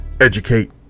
educate